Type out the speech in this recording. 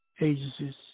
agencies